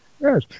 Yes